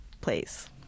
place